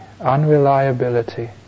unreliability